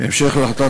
בהמשך להחלטת